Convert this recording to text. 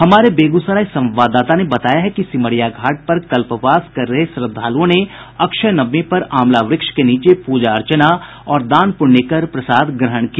हमारे बेगूसराय संवाददाता ने बताया है कि सिमरिया घाट पर कल्पवास कर रहे श्रद्धालुओं ने अक्षय नवमी पर आंवला वृक्ष के नीचे पूजा अर्चना और दान पुण्य कर प्रसाद ग्रहण किया